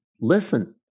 listen